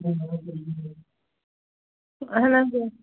اَہن حظ اۭں